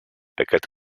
aquest